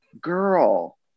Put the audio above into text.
Girl